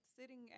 sitting